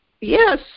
Yes